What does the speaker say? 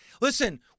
listen